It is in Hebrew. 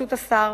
בראשות השר